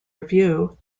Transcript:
review